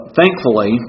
thankfully